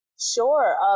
Sure